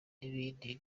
n’ibintu